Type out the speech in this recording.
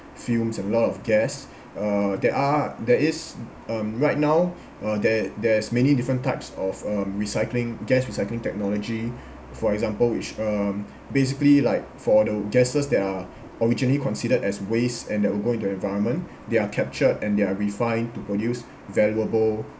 fumes and a lot of gas uh there are there is um right now uh there there's many different types of um recycling gas recycling technology for example which um basically like for the gases that are originally considered as waste and that will go into the environment they're captured and they're refined to produce valuable